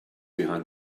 behind